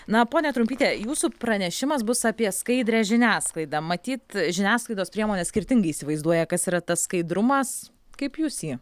na ponia trumpyte jūsų pranešimas bus apie skaidrią žiniasklaidą matyt žiniasklaidos priemonės skirtingai įsivaizduoja kas yra tas skaidrumas kaip jūs jį